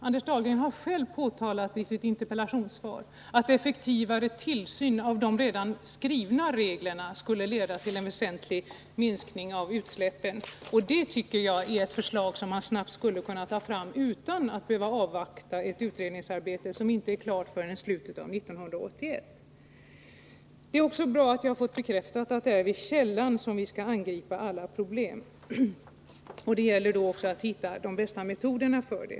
Anders Dahlgren har själv i sitt interpellationssvar framhållit att effektivare tillsyn av de redan skrivna reglerna skulle leda till en väsentlig minskning av utsläppen. Det är ett förslag som man snabbt skulle kunna ta fram utan att behöva avvakta ett utredningsarbete som inte är klart förrän i slutet av 1981. Det är också bra att jag har fått bekräftat att det är vid källan vi skall angripa alla problem. Och det gäller också att hitta de bästa metoderna för det.